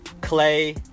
Clay